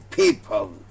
people